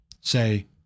say